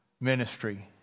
ministry